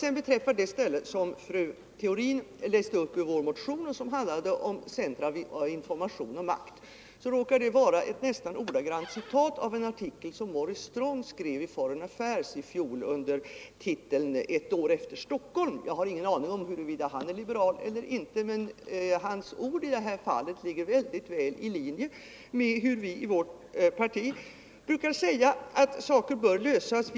Vad beträffar det ställe som fru Theorin läste upp ur vår motion och som handlade om information och makt så råkade det vara ett nästan ordagrant citat ur en artikel som Maurice Strong skrev i Foreign Affairs i fjol under titeln Ett år efter Stockholm. Jag har ingen aning om huruvida han är liberal eller inte. Men hans ord i det här fallet ligger mycket väl i linje med hur vi i vårt parti brukar säga att frågor bör lösas.